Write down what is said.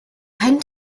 tend